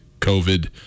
COVID